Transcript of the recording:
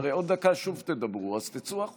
תצאו, תצאו.